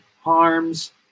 harms